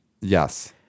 Yes